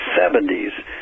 70s